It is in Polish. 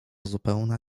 zupełna